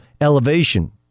Elevation